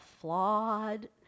flawed